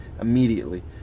immediately